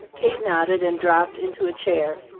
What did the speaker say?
kate nodded and dropped into a chair.